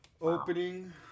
opening